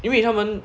因为他们